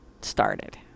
started